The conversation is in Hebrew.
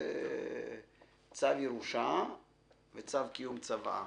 צו ירושה וצו קיום צוואה